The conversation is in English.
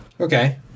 Okay